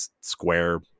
square